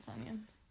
onions